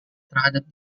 terhadap